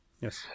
Yes